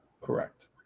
correct